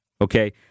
okay